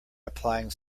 applying